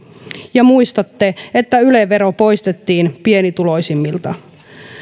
ja muistatte että yle vero poistettiin pienituloisimmilta